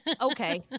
Okay